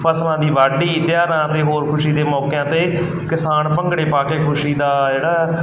ਫਸਲਾਂ ਦੀ ਵਾਢੀ ਤਿਉਹਾਰਾਂ ਅਤੇ ਹੋਰ ਖੁਸ਼ੀ ਦੇ ਮੌਕਿਆਂ 'ਤੇ ਕਿਸਾਨ ਭੰਗੜੇ ਪਾ ਕੇ ਖੁਸ਼ੀ ਦਾ ਜਿਹੜਾ